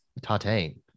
tartane